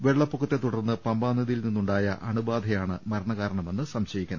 വെള്ളപ്പൊക്കത്തെ തുടർന്ന് പമ്പാനദിയിൽ നിന്നുണ്ടായ അണുബാധയാണ് മരണകാരണമെന്ന് സംശയിക്കുന്നു